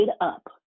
up